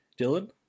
Dylan